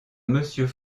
monsieur